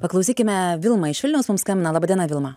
paklausykime vilma iš vilniaus mums skambina laba diena vilma